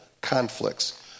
conflicts